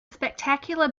spectacular